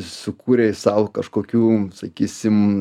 sukūrei sau kažkokių sakysim